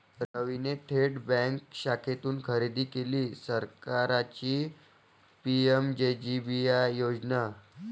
रवीने थेट बँक शाखेतून खरेदी केली सरकारची पी.एम.जे.जे.बी.वाय योजना